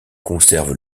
conserve